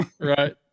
right